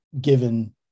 given